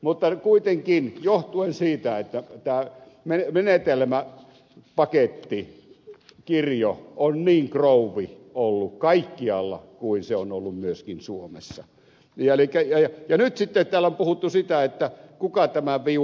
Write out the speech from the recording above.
mutta kuitenkin johtuen siitä että tämä menetelmäpakettikirjo on ollut niin krouvi kaikkialla niin kuin se on ollut myöskin suomessa niin nyt sitten täällä on puhuttu sitä kuka nämä viulut maksaa